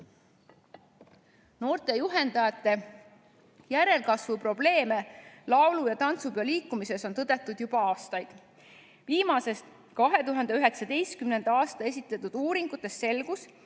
Noorte juhendajate järelkasvu probleeme laulu- ja tantsupeoliikumises on tõdetud juba aastaid. Viimasest, 2019. aastal esitletud uuringust selgus,